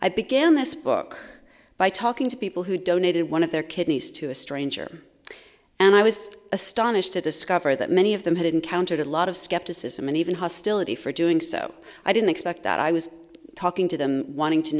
i began this book by talking to people who donated one of their kidneys to a stranger and i was astonished to discover that many of them had encountered a lot of skepticism and even hostility for doing so i didn't expect that i was talking to them wanting to